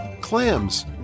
clams